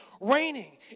raining